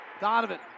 Donovan